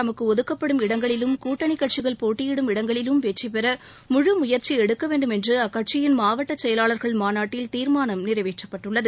தமக்கு ஒதுக்கப்படும் இடங்களிலும் கூட்டணிக்கட்சிகள் போட்டியிடும் இடங்களிலும் வெற்றி பெற முழு முயற்சி எடுக்க வேண்டும் என்று அக்கட்சியின் மாவட்டச் செயலாளர்கள் மாநாட்டில் தீர்மானம் நிறைவேற்றப்பட்டுள்ளது